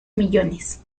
millones